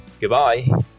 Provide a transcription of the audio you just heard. Goodbye